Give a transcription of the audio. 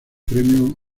premio